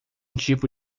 tipo